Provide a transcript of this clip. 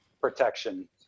protection